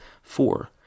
Four